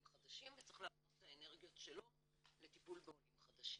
חדשים וצריך להפנות את האנרגיות שלו לטיפול בעולים חדשים.